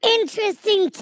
Interesting